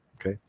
Okay